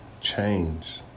Change